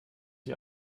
die